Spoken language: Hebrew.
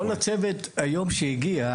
זה שכל הצוות הזה הגיע היום,